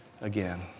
again